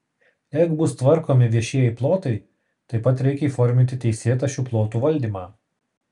jeigu bus tvarkomi viešieji plotai taip pat reikia įforminti teisėtą šių plotų valdymą